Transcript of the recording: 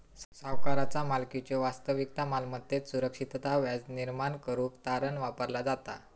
सावकाराचा मालकीच्यो वास्तविक मालमत्तेत सुरक्षितता व्याज निर्माण करुक तारण वापरला जाता